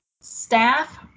Staff